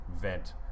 vent